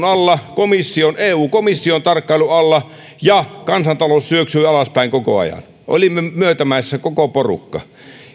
alla eu komission tarkkailun alla ja kansantalous syöksyi alaspäin koko ajan olimme myötämäessä koko porukka